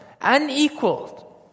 unequaled